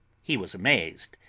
he was amazed,